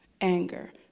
anger